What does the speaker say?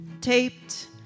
taped